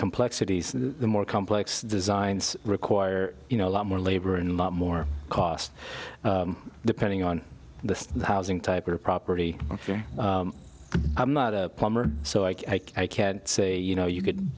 complexities the more complex designs require you know a lot more labor and lot more cost depending on the housing type of property i'm not a plumber so i can't say you know you could